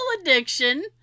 addiction